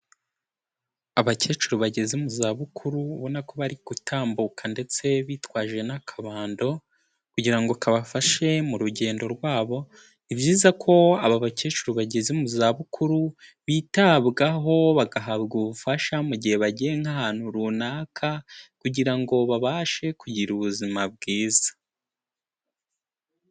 Abakecuru bageze mu zabukuru ubona ko bari gutambuka ndetse bitwaje n'akabando kugira ngo kabafashe mu rugendo rwabo, nni byiza ko aba bakecuru bageze mu zabukuru bitabwaho bagahabwa ubufasha mu gihe bagiye nk'ahantu runaka, kugira ngo babashe kugira ubuzima bwiza.